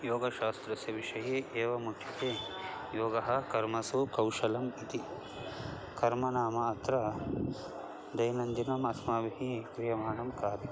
योगशास्त्रस्य विषये एवमुच्यते योगः कर्मसु कौशलम् इति कर्म नाम अत्र दैनन्दिनम् अस्माभिः क्रियमाणं कार्यं